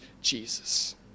Jesus